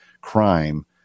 crime